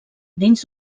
dins